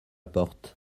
porte